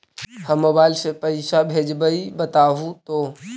हम मोबाईल से पईसा भेजबई बताहु तो?